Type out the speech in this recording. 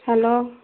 hello